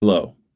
Hello